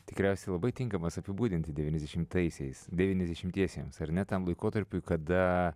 tikriausiai labai tinkamas apibūdinti devyniasdešimtaisiais devyniasdešimtiesiems ar ne tam laikotarpiui kada